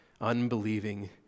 unbelieving